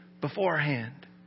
beforehand